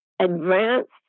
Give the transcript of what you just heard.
advanced